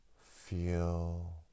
feel